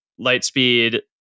Lightspeed